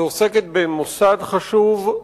שעוסקת במוסד חשוב.